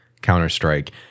Counter-Strike